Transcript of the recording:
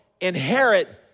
inherit